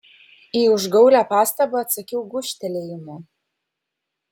į užgaulią pastabą atsakiau gūžtelėjimu